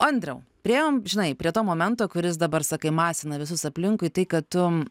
andriau priėjom žinai prie to momento kuris dabar sakai masina visus aplinkui tai kad tu